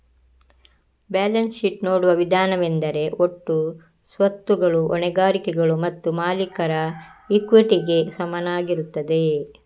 balance sheet ನೋಡುವ ವಿಧಾನವೆಂದರೆ ಒಟ್ಟು ಸ್ವತ್ತುಗಳು ಹೊಣೆಗಾರಿಕೆಗಳು ಮತ್ತು ಮಾಲೀಕರ ಇಕ್ವಿಟಿಗೆ ಸಮನಾಗಿರುತ್ತದೆ